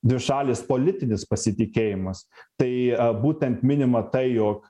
dvišalis politinis pasitikėjimas tai būtent minima tai jog